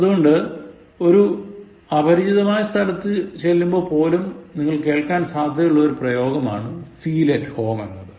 അതുകൊണ്ട് ഒരു അപരിചിതമായ സ്ഥലത്തു ചെല്ലുമ്പോൾ പോലും നിങ്ങൾ കേൾക്കാൻ സാധ്യതയുള്ള പ്രയോഗമാണ് ഫീൽ അറ്റ് ഹോം എന്നത്